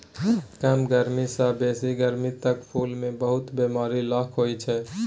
कम गरमी सँ बेसी गरमी तक फुल मे बहुत बेमारी लखा होइ छै